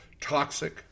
toxic